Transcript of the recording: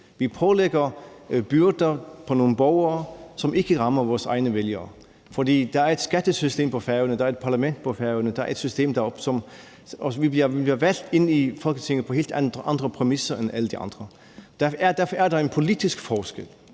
Vi lægger byrder på nogle borgere, som ikke rammer vores egne vælgere. For der er et skattesystem på Færøerne, der er et parlament på Færøerne, der er et system deroppe, der gør, at vi bliver valgt ind i Folketinget på helt andre præmisser end alle de andre. Derfor er der en politisk forskel